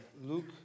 Luke